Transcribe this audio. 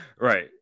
Right